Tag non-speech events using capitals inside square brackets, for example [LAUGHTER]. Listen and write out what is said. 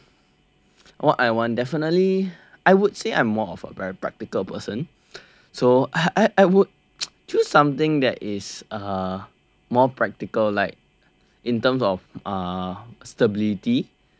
what I want definitely I would say I'm more of a very practical person so I I would [NOISE] choose something that is uh more practical like in terms of uh stability